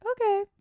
okay